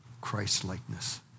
Christ-likeness